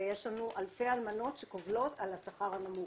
ויש לנו אלפי אלמנות שקובלות על השכר הנמוך.